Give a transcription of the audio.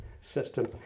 system